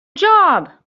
job